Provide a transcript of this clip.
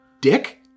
Dick